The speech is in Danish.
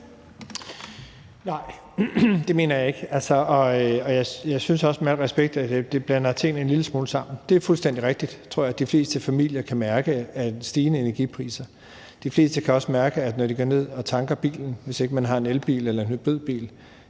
Nej, det mener jeg ikke. Og jeg synes også, med al respekt, at tingene bliver blandet en lille smule sammen. Det er fuldstændig rigtigt, tror jeg, at de fleste familier kan mærke de stigende energipriser. De fleste kan også mærke, at det er dyrere, når de skal tanke op eller går